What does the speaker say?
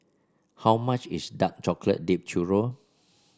how much is Dark Chocolate Dipped Churro